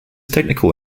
technical